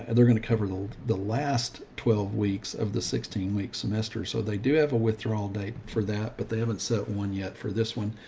and they're going to cover the the last twelve weeks of the sixteen week semester. so they do have a withdrawal date for that, but they haven't set one yet for this one.